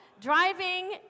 driving